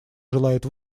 желает